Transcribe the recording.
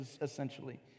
essentially